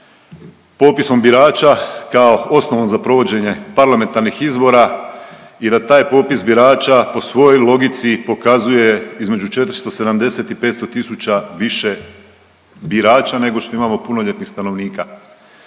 popisom birača kao osnovom za provođenje parlamentarnih izbora i da taj popis birača po svojoj logici pokazuje između 470 i 500 tisuća više birača nego što imamo punoljetnih stanovnika.